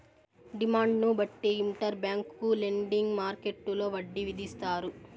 డిమాండ్ను బట్టి inter bank lending మార్కెట్టులో వడ్డీ విధిస్తారు